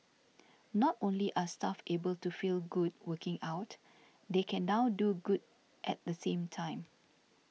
not only are staff able to feel good working out they can now do good at the same time